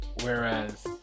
whereas